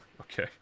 Okay